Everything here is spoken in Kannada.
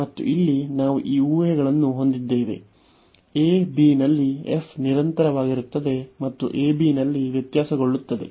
ಮತ್ತು ಇಲ್ಲಿ ನಾವು ಈ ಊಹೆಗಳನ್ನು ಹೊಂದಿದ್ದೇವೆ a b ನಲ್ಲಿ f ನಿರಂತರವಾಗಿರುತ್ತದೆ ಮತ್ತು a b ನಲ್ಲಿ ವ್ಯತ್ಯಾಸಗೊಳ್ಳುತ್ತದೆ